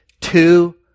two